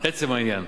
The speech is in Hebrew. עצם העניין,